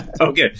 Okay